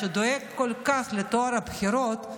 שדואג כל כך לטוהר הבחירות,